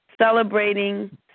celebrating